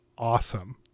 awesome